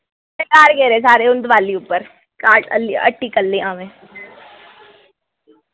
घर गेदे सारे हू'न दिवाली उप्पर हट्टी कल्ली आं मैं